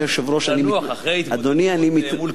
הוא צריך לנוח אחרי ההתמודדות מול כבודו.